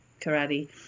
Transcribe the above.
karate